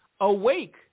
awake